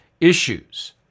issues